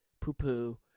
poo-poo